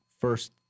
first